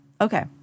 Okay